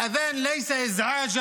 (אומר בערבית:).